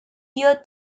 year